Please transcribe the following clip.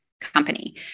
company